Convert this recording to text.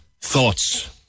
thoughts